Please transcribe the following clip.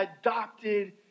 adopted